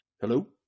Hello